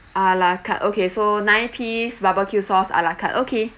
a la carte okay so nine piece barbecue sauce a la carte okay